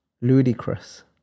Ludicrous